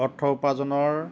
অৰ্থ উপাৰ্জনৰ